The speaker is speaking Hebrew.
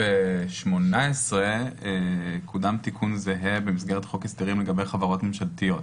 ב-2018 קודם תיקון זהה במסגרת חוק ההסדרים לגבי חברות ממשלתיות.